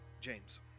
James